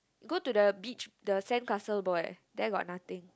go to the beach the sandcastle boy there got nothing